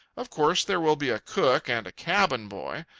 of course there will be a cook and a cabin-boy.